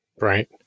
Right